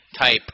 type